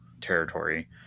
territory